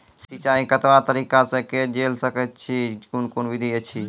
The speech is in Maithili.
सिंचाई कतवा तरीका सअ के जेल सकैत छी, कून कून विधि ऐछि?